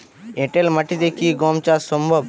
এঁটেল মাটিতে কি গম চাষ সম্ভব?